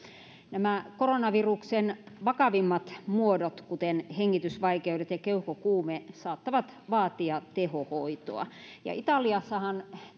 nämä koronaviruksen vakavimmat muodot kuten hengitysvaikeudet ja keuhkokuume saattavat vaatia tehohoitoa italiassahan